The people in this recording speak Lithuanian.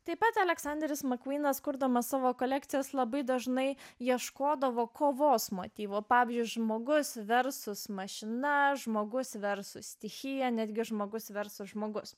taip pat aleksanderis makūnas kurdamas savo kolekcijas labai dažnai ieškodavo kovos motyvo pavyzdžiui žmogus verslus mašina žmogus verslo stichija netgi žmogus verslo žmogus